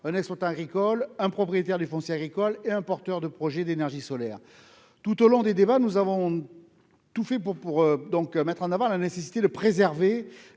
un exploitant agricole, un propriétaire foncier agricole et un porteur de projet d'énergie solaire. Tout au long des débats, nous avons voulu mettre en avant la nécessité de préserver